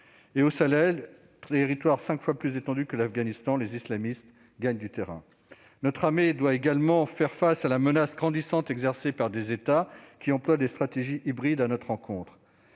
Au Sahel, territoire cinq fois plus étendu que l'Afghanistan, les islamistes gagnent du terrain. Notre armée doit également faire face à la menace grandissante exercée par des États qui emploient des stratégies hybrides à notre encontre.